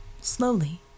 Slowly